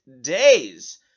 days